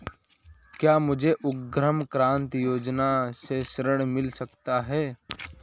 क्या मुझे उद्यम क्रांति योजना से ऋण मिल सकता है?